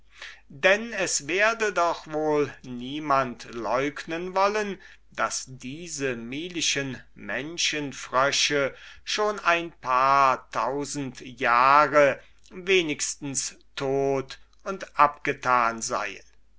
denn es werde doch wohl niemand leugnen wollen daß diese milischen menschfrösche schon ein paar tausend jahre wenigstens tot und abgetan seien